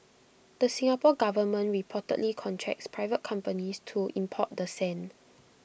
the Singapore Government reportedly contracts private companies to import the sand